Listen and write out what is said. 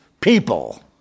people